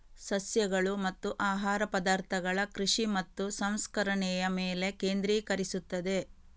ಸಸ್ಯಗಳು ಮತ್ತು ಆಹಾರ ಪದಾರ್ಥಗಳ ಕೃಷಿ ಮತ್ತು ಸಂಸ್ಕರಣೆಯ ಮೇಲೆ ಕೇಂದ್ರೀಕರಿಸುತ್ತದೆ